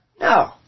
No